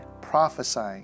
prophesying